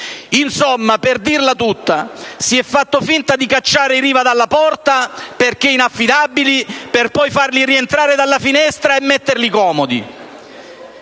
Insomma, per dirla tutta: si è fatto finta di cacciare i Riva dalla porta perché inaffidabili per poi farli rientrare dalla finestra e metterli comodi!